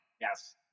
Yes